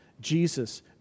Jesus